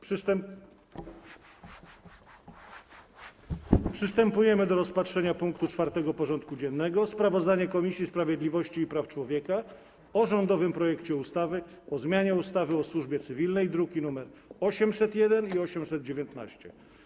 Przystępujemy do rozpatrzenia punktu 4. porządku dziennego: Sprawozdanie Komisji Sprawiedliwości i Praw Człowieka o rządowym projekcie ustawy o zmianie ustawy o Służbie Więziennej (druki nr 801 i 819)